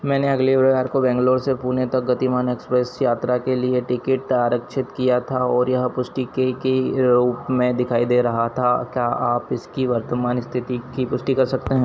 मैंने अगले रविवार को बैंगलोर से पुणे तक गतिमान एक्सप्रेस यात्रा के लिए टिकट आरक्षित की थी और यह पुष्टि की के रूप में दिखाई दे रहा था क्या आप इसकी वर्तमान इस्थिति की पुष्टि कर सकते हैं